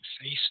face